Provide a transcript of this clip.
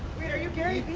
wait are you gary vee?